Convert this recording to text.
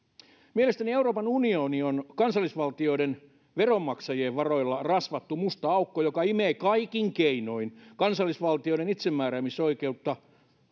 mielestäni euroopan unioni on kansallisvaltioiden veronmaksajien varoilla rasvattu musta aukko joka imee kaikin keinoin kansallisvaltioiden itsemääräämisoikeutta